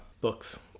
books